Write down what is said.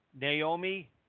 Naomi